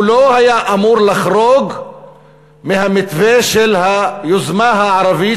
הוא לא היה אמור לחרוג מהמתווה של היוזמה הערבית,